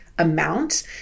amount